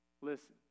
Listen